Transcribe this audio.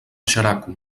xeraco